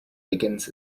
begins